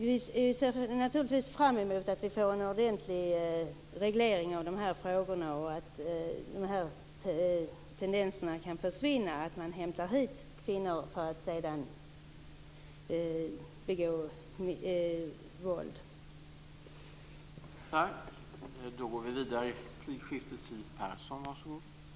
Vi ser naturligtvis fram emot en ordentlig reglering av de här frågorna och emot att tendenserna att hämta hit kvinnor för att sedan begå våld mot dem kan försvinna.